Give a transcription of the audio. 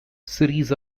series